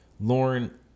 Lauren